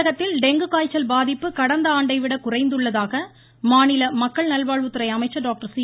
தமிழகத்தில் டெங்கு காய்ச்சல் பாதிப்பு கடந்த ஆண்டைவிட குறைந்துள்ளதாக மாநில மக்கள் நல்வாழ்வுத்துறை அமைச்சர் டாக்டர் சி